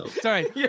Sorry